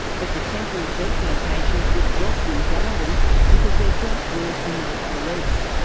but the temporary beat locations were dropped in darwin because there just weren't enough police.